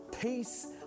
peace